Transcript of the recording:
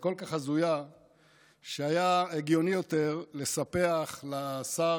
היא כל כך הזויה שהיה הגיוני יותר לספח לשר